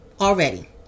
already